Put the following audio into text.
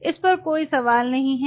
इस पर कोई सवाल नहीं है